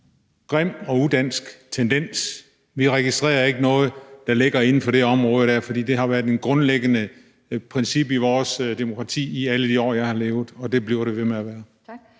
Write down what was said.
grim og udansk tendens. Vi registrerer ikke noget, der ligger inden for det område der, for det har været et grundlæggende princip i vores demokrati i alle de år, jeg har levet, og det bliver det ved med at være.